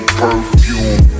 perfume